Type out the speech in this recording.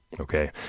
Okay